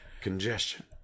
congestion